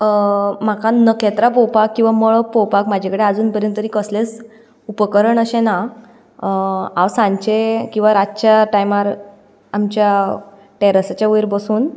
म्हाका नखेत्रां पोवपाक किंवां मळब पोवपाक म्हाजेकडेन आजून परेन तरी कसलेंच उपकरण अशें ना हांव सांजचें किंवां रातच्या टायमार आमच्या टॅरसाच्या वयर बसून